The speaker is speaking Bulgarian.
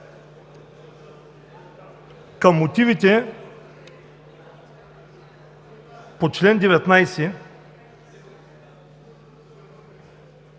Към мотивите по чл. 19